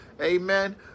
Amen